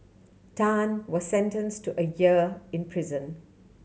Tan was sentence to a year in prison